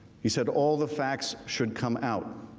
he said, all the facts should come out.